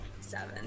Seven